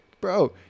Bro